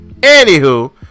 Anywho